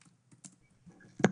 אוקיי.